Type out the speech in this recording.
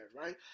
Right